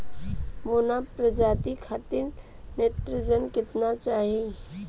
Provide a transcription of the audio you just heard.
बौना प्रजाति खातिर नेत्रजन केतना चाही?